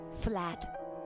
flat